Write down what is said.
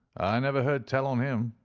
i never heard tell on him,